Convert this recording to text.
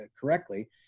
correctly